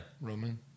Roman